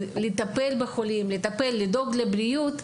טפל בחולים ולדאוג לבריאות,